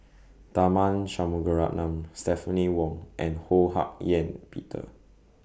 Tharman Shanmugaratnam Stephanie Wong and Ho Hak Ean Peter